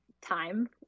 time